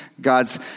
God's